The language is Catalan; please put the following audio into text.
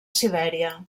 sibèria